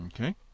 Okay